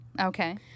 Okay